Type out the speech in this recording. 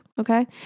okay